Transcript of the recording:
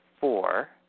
four